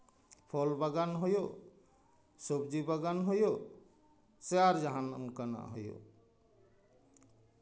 ᱯᱷᱚᱞ ᱵᱟᱜᱟᱱ ᱦᱩᱭᱩᱜ ᱥᱚᱵᱽᱡᱤ ᱵᱟᱜᱟᱱ ᱦᱩᱭᱩᱜ ᱥᱮ ᱟᱨ ᱡᱟᱦᱟᱱ ᱚᱱᱠᱟᱱᱟᱜ ᱦᱩᱭᱩᱜ